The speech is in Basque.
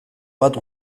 bat